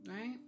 right